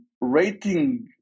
rating